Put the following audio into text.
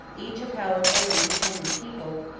each a powerful and independent people,